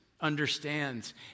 understands